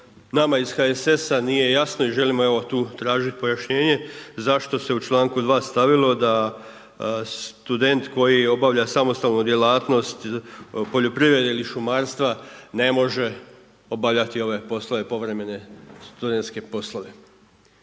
nama iz HSS-a nije jasno i želimo evo tu tražiti pojašnjenje zašto se u članku 2. stavilo da student koji obavlja samostalnu djelatnost poljoprivrede ili šumarstva ne može obavljati ove poslove povremene studentske poslove.